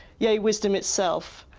yea, wisdom itself,